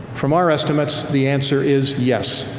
from our estimates the answer is yes.